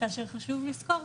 כאשר חשוב לזכור,